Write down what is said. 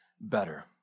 better